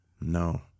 No